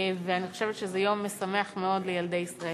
ואני חושבת שזה יום משמח מאוד לילדי ישראל.